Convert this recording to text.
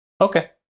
Okay